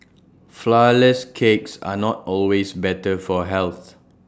Flourless Cakes are not always better for health